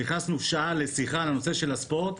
נכנסנו שעה לשיחה על הנושא של הספורט,